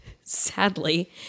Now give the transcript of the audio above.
sadly